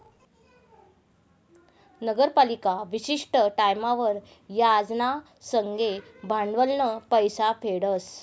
नगरपालिका विशिष्ट टाईमवर याज ना संगे भांडवलनं पैसा फेडस